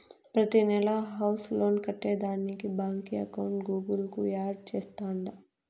ప్రతినెలా house loan కట్టేదానికి బాంకీ అకౌంట్ గూగుల్ కు యాడ్ చేస్తాండా